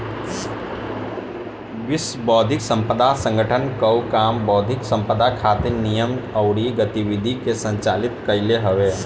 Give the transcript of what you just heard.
विश्व बौद्धिक संपदा संगठन कअ काम बौद्धिक संपदा खातिर नियम अउरी गतिविधि के संचालित कईल हवे